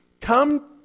Come